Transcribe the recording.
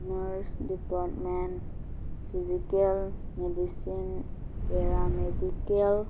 nurse department physical medicine paramedical